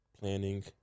planning